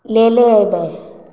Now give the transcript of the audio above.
लेले अयबै